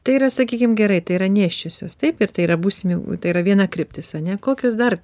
tai yra sakykim gerai tai yra nėščiosios taip ir tai yra būsimi tai yra viena kryptis ane kokios dar